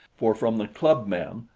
for from the club-men,